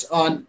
on